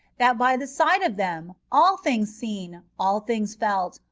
that, by the side of them, all things seen, all things felt,